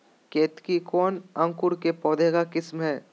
केतकी कौन अंकुर के पौधे का किस्म है?